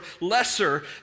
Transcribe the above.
lesser